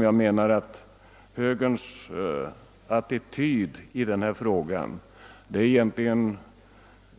Jag tror att högerns attityd i denna fråga egentligen